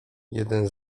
jeden